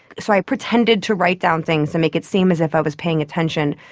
so i pretended to write down things to make it seem as if i was paying attention,